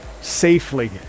safely